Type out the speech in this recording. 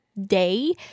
day